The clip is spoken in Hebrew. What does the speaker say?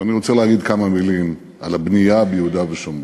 ואני רוצה להגיד כמה מילים על הבנייה ביהודה ושומרון.